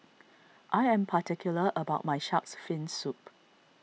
I am particular about my Shark's Fin Soup